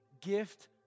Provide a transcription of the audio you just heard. gift